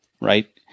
right